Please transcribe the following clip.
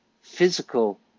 physical